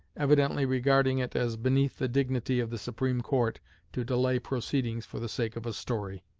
evidently regarding it as beneath the dignity of the supreme court to delay proceedings for the sake of a story.